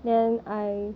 then I